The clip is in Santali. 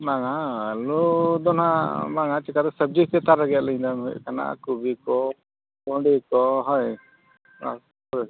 ᱵᱟᱝᱼᱟ ᱟᱹᱞᱩ ᱫᱚ ᱦᱟᱜ ᱵᱟᱝᱼᱟ ᱪᱤᱠᱟᱹᱛᱮ ᱥᱚᱵᱽᱡᱤ ᱦᱤᱥᱟᱹᱵ ᱟᱹᱞᱤᱧ ᱫᱚ ᱦᱩᱭᱩᱜ ᱠᱟᱱᱟ ᱟᱠᱚ ᱜᱮᱠᱚ ᱦᱳᱭ ᱦᱳᱭ